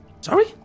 Sorry